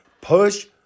push